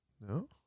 No